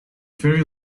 ferry